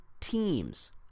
teams